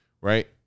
right